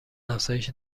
افزایش